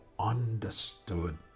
understood